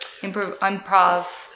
improv